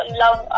love